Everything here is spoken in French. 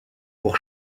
pour